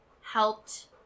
helped